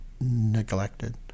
neglected